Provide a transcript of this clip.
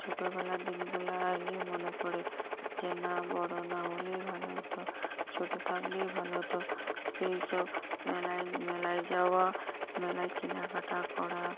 ছোটোবেলা দিনগুলা আসলেই মনে পড়ে যে না বড়ো না হলেই ভালো হতো ছোটো থাকলেই ভালো হতো সেই সব মেলায় মেলায় যাওয়া মেলায় কেনাকাটা করা